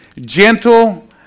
gentle